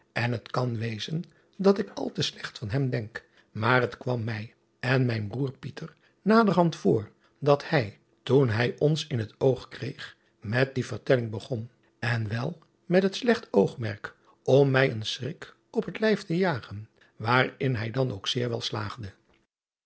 en het kan wezen dat ik al te slecht van hem denk maar het kwam mij en mijn broêr naderhand voor dat hij toen hij ons in het oog kreeg met die vertelling begon en wel met het slecht oogmerk om mij een schrik op het lijf te jagen waarin hij dan ook zeer wel slaagde